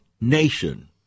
nation